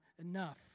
enough